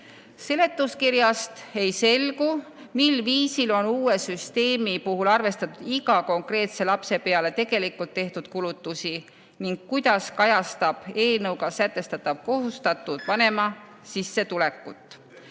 Seletuskirjast ei selgu, mil viisil on uue süsteemi puhul arvestatud iga konkreetse lapse peale tegelikult tehtud kulutusi ning kuidas kajastab eelnõuga sätestatav kohustatud vanema sissetulekut.